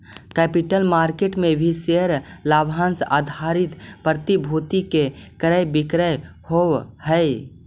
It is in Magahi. कैपिटल मार्केट में भी शेयर लाभांश आधारित प्रतिभूति के क्रय विक्रय होवऽ हई